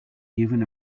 given